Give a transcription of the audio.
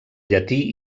llatí